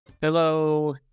Hello